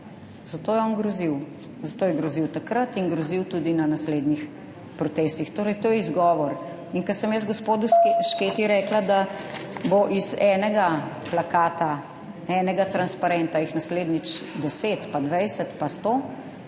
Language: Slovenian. Zato je on grozil, zato je grozil takrat in grozil tudi na naslednjih protestih. Torej to je izgovor. In ko sem jaz gospodu Šketi rekla, da jih bo iz enega plakata, enega transparenta naslednjič 10, pa 20, pa 100